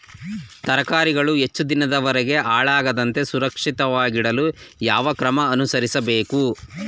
ತರಕಾರಿಗಳು ಹೆಚ್ಚು ದಿನದವರೆಗೆ ಹಾಳಾಗದಂತೆ ಸುರಕ್ಷಿತವಾಗಿಡಲು ಯಾವ ಕ್ರಮ ಅನುಸರಿಸಬೇಕು?